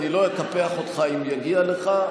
אני לא אקפח אותך אם יגיע לך,